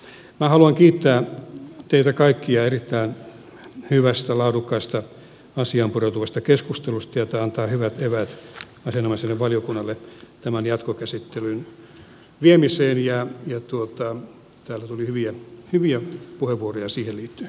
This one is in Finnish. minä haluan kiittää teitä kaikkia erittäin hyvästä laadukkaasta asiaan pureutuvasta keskustelusta ja tämä antaa hyvät eväät asianomaiselle valiokunnalle tämän jatkokäsittelyyn viemiseen ja täällä tuli hyviä puheenvuoroja siihen liittyen